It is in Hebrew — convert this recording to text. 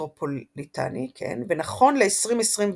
ונכון ל-2024,